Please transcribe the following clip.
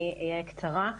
אני אהיה קצרה.